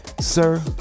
Sir